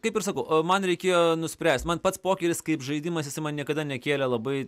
kaip ir sakau man reikėjo nuspręst man pats pokylis kaip žaidimas jisai man niekada nekėlė labai